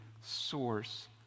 source